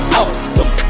awesome